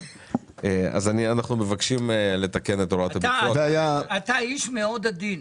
אנחנו מבקשים לתקן את הוראת --- אתה איש מאוד עדין.